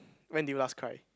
when did you last cry